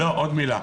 את אחריו.